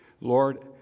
Lord